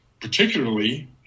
particularly